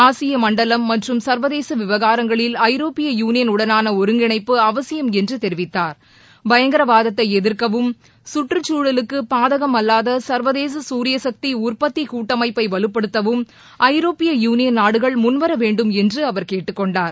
ஆசிய மண்டலம் மற்றும் சர்வதேச விவகாரங்களில் ஐரோப்பிய யூளியன் உடனான ஒருங்கிணைப்பு அவசியம் என்று அவர் தெரிவித்தார்பயங்கரவாதத்தை எதிர்க்கவும் சுற்றுக்குழலுக்கு பாதகம் அல்வாத சர்வதேச சூரியசக்தி உற்பத்திக் கூட்டமைப்பை வலுப்படுத்தவும் ஐரோப்பிய யூனியன் நாடுகள் முன்வர வேண்டும் என்று அவர் கேட்டுக்கொண்டார்